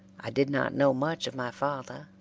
i did not know much of my father,